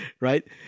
right